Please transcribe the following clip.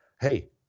Hey